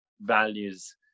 values